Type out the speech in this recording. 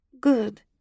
Good